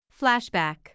Flashback